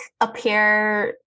appear